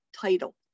title